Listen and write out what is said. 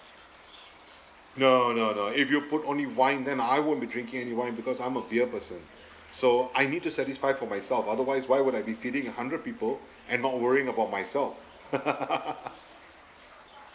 no no no if you put only wine then I won't be drinking any wine because I'm a beer person so I need to satisfy for myself otherwise why would I be feeding a hundred people and not worrying about myself